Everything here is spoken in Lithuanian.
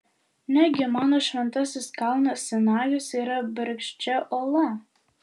negi mano šventasis kalnas sinajus yra bergždžia uola